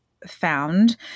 found